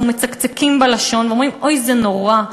מצקצקים בלשון ואומרים: אוי זה נורא,